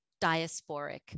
diasporic